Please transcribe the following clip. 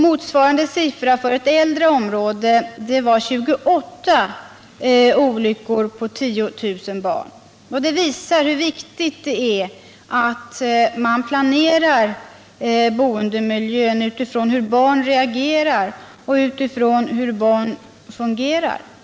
Motsvarande siffra för ett äldre område var 28 olyckor på 10 000 barn. Det visar hur viktigt det är att planera boendemiljön utifrån hur barn reagerar och hur de fungerar.